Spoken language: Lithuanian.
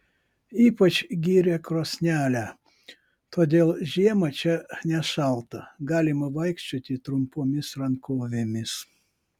ypač gyrė krosnelę todėl žiemą čia nešalta galima vaikščioti trumpomis rankovėmis